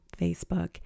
Facebook